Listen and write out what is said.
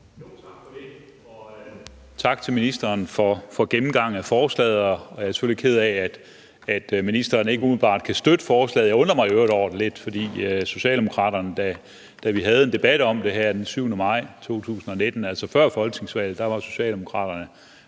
Tak for det, og tak til ministeren for gennemgangen af forslaget. Jeg er selvfølgelig ked af, at ministeren ikke umiddelbart kan støtte forslaget. Jeg undrer mig i øvrigt lidt over det, for da vi havde en debat om det her den 7. maj 2019, altså før folketingsvalget, var Socialdemokraterne